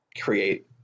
create